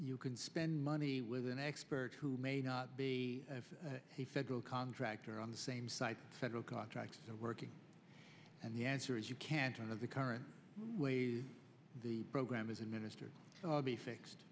can spend money with an expert who may not be a federal contractor on the same site federal contractors are working and the answer is you can't one of the current ways the program is administered so i'll be fixed